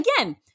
Again